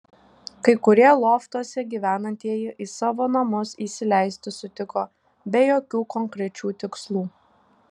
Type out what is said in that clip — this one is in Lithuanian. kai kurie loftuose gyvenantieji į savo namus įsileisti sutiko be jokių konkrečių tikslų